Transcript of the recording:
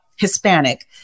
Hispanic